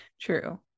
true